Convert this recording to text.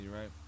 right